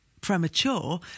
premature